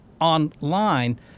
online